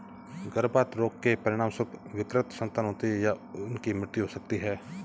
गर्भपात रोग के परिणामस्वरूप विकृत संतान होती है या उनकी मृत्यु हो सकती है